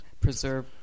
Preserve